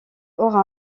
aura